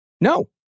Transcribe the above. No